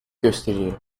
gösteriyor